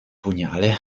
pugnale